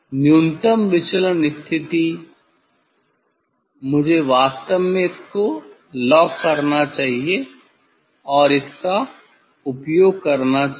न्यूनतम विचलन स्थिति मुझे वास्तव में इसको लॉक करना चाहिए और इसका उपयोग करना चाहिए